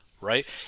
right